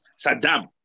Saddam